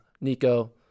Nico